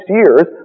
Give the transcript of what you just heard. years